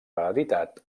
reeditat